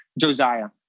Josiah